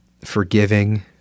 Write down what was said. forgiving